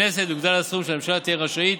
בכנסת יוגדל הסכום שהממשלה תהיה רשאית